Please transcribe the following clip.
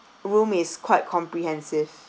room is quite comprehensive